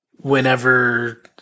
Whenever